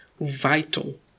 Vital